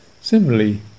Similarly